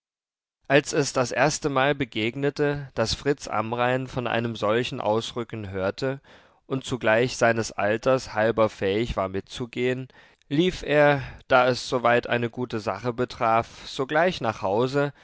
als es das erstemal begegnete daß fritz amrain von einem solchen ausrücken hörte und zugleich seines alters halber fähig war mitzugehen lief er da es soweit eine gute sache betraf sogleich nach hause